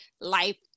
life